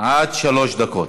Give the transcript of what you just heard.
עד שלוש דקות.